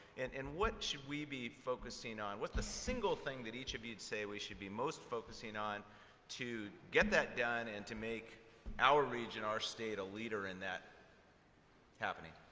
and what should we be focusing on? what's the single thing that each of you'd say we should be most focusing on to get that done and to make our region, our state a leader in that happening?